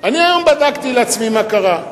אני היום בדקתי לעצמי מה קרה,